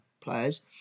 players